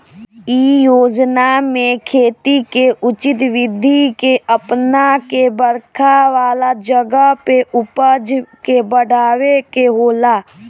इ योजना में खेती के उचित विधि के अपना के बरखा वाला जगह पे उपज के बढ़ावे के होला